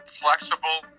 flexible